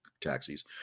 taxis